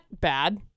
bad